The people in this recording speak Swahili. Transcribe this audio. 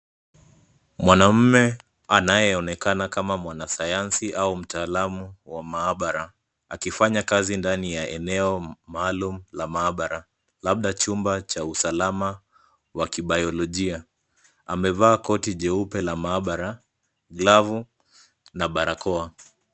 Mwanaume anayeonekana kama mwanasayansi au mtaalamu wa mahabara, akifanya kazi ndani ya eneo maalumu ya mahabara. Labda chumba cha usalama wa kibaiolojia. Amevaa koti jeupe la mahabara, glavu, na barakoa.